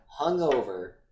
hungover